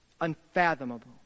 Unfathomable